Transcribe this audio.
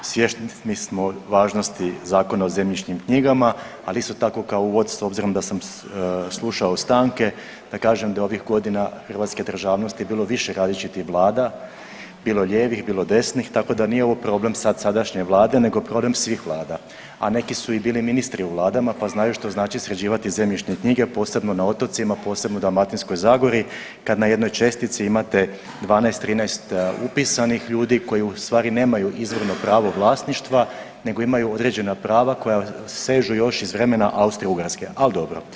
Svjesni smo važnosti Zakona o zemljišnim knjigama, ali isto tako kao uvod s obzirom da sam slušao stanke da kažem da je ovih godina hrvatske državnosti bilo više različitih vlada, bilo lijevih, bilo desnih, tako da nije ovo problem sad sadašnje vlade nego problem svih vlada, a neki su i bili ministri u vladama, pa znaju što znači sređivati zemljišne knjige, posebno na otocima, posebno u Dalmatinskoj zagori kad na jednoj čestici imate 12-13 upisanih ljudi koji u stvari nemaju izvorno pravo vlasništva nego imaju određena prava koja sežu još iz vremena Austro-Ugarske, al dobro.